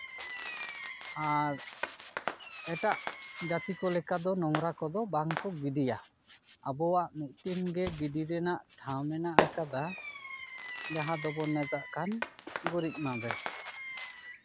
ᱟᱨ ᱮᱴᱟᱜ ᱡᱟᱹᱛᱤ ᱠᱚ ᱞᱮᱠᱟ ᱫᱚ ᱱᱚᱝᱨᱟ ᱠᱚᱫᱚ ᱵᱟᱝ ᱠᱚ ᱜᱤᱰᱤᱭᱟ ᱟᱵᱚᱣᱟᱜ ᱢᱤᱫᱴᱤᱱ ᱜᱮ ᱜᱤᱰᱤ ᱨᱮᱱᱟᱜ ᱴᱷᱟᱶ ᱢᱮᱱᱟᱜ ᱟᱠᱟᱫᱟ ᱡᱟᱦᱟᱸ ᱫᱚᱵᱚᱱ ᱢᱮᱛᱟᱜ ᱠᱟᱱ ᱜᱩᱨᱤᱡ ᱢᱟᱸᱫᱮ